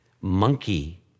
monkey